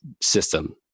system